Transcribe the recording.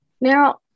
Now